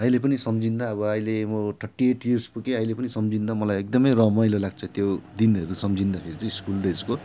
अहिले पनि सम्झँदा अब अहिले म थर्टी एट इयर्स पुगे अहिले पनि सम्झँदा मलाई एकदम रमाइलो लाग्छ त्यो दिनहरू सम्झँदा फेरि चाहिँ स्कुल डेजको